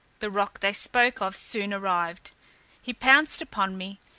the roc they spoke of soon arrived he pounced upon me,